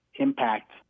impact